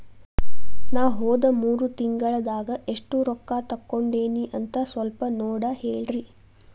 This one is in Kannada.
ನಾ ಹೋದ ಮೂರು ತಿಂಗಳದಾಗ ಎಷ್ಟು ರೊಕ್ಕಾ ತಕ್ಕೊಂಡೇನಿ ಅಂತ ಸಲ್ಪ ನೋಡ ಹೇಳ್ರಿ